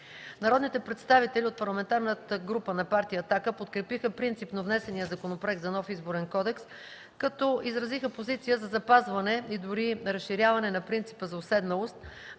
Народните представители от Парламентарната група на партия „Атака” подкрепиха принципно внесения Законопроект за нов Изборен кодекс, като изразиха позиция за запазване и дори разширяване на принципа за уседналост,